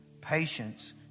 patience